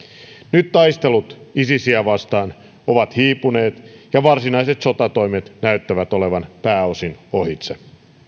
nyt taistelut isisiä vastaan ovat hiipuneet ja varsinaiset sotatoimet näyttävät olevan pääosin ohitse